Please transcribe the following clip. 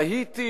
תהיתי,